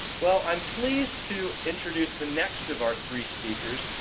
well, i'm pleased to introduce the next of our three speakers,